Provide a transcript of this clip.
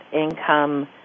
income